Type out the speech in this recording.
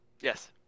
Yes